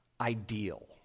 ideal